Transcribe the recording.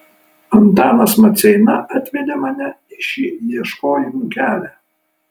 antanas maceina atvedė mane į šį ieškojimo kelią